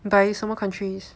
by 什么 countries